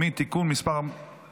המבצעים הפרות בנסיבות מחמירות (תיקוני חקיקה),